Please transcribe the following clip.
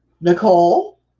Nicole